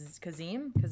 Kazim